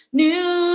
new